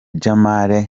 jamal